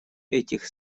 этих